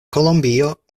kolombio